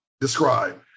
describe